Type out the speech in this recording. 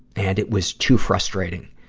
and it was too frustrating,